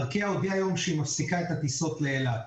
וארקיע הודיעה היום שהיא מפסיקה את הטיסות לאילת.